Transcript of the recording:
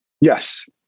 Yes